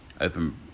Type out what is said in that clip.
open